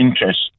interest